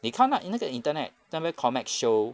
你看 ah 那个 internet 那个 comex show